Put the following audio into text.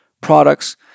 products